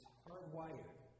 hardwired